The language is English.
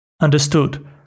Understood